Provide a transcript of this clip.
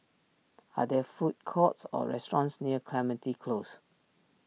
are there food courts or restaurants near Clementi Close